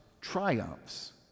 triumphs